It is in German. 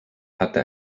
hatte